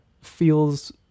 feels